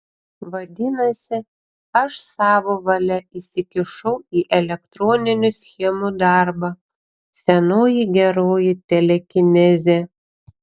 vadinasi aš savo valia įsikišau į elektroninių schemų darbą senoji geroji telekinezė